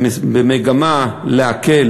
במגמה להקל